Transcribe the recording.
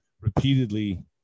repeatedly